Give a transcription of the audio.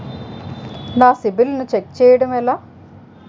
నా సిబిఐఎల్ ని ఛెక్ చేయడం ఎలా?